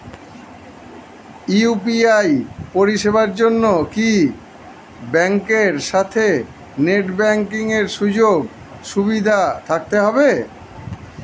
UPI পরিষেবার জন্য কি ব্যাংকের সাথে নেট ব্যাঙ্কিং সুযোগ সুবিধা থাকতে হবে?